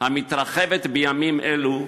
המתרחבת בימים אלו,